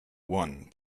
one